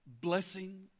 Blessing